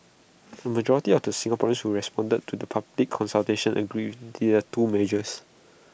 A majority of the Singaporeans who responded to the public consultation agreed the two measures